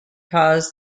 cause